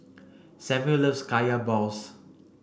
Samual loves Kaya balls